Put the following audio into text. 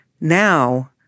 now